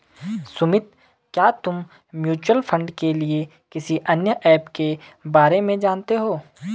सुमित, क्या तुम mutual fund के लिए किसी अन्य ऐप के बारे में जानते हो?